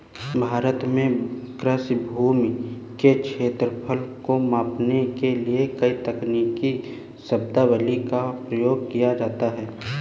भारत में कृषि भूमि के क्षेत्रफल को मापने के लिए कई तकनीकी शब्दावलियों का प्रयोग किया जाता है